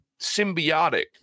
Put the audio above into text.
symbiotic